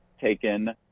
taken